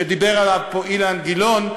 שדיבר עליו פה אילן גילאון,